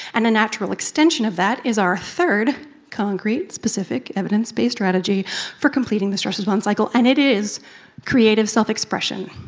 and a natural extension of that is our third concrete specific evidence-based strategy for completing the stress response cycle, and it is creative self-expression.